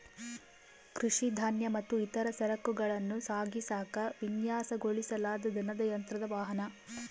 ಕೃಷಿ ಧಾನ್ಯ ಮತ್ತು ಇತರ ಸರಕುಗಳನ್ನ ಸಾಗಿಸಾಕ ವಿನ್ಯಾಸಗೊಳಿಸಲಾದ ದನದ ಯಂತ್ರದ ವಾಹನ